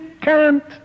cant